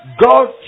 God